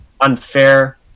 unfair